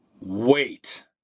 Wait